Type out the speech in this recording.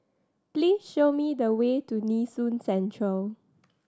please show me the way to Nee Soon Central